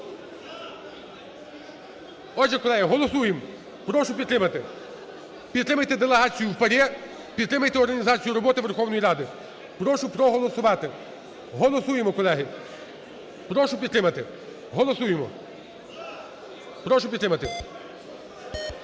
Отже, колеги, голосуємо, прошу підтримати. Підтримайте делегацію в ПАРЄ, підтримайте організацію роботи Верховної Ради. Прошу проголосувати. Голосуємо, колеги. Прошу підтримати. Голосуємо. Прошу підтримати.